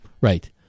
right